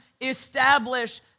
establish